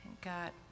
got